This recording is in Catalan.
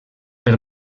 per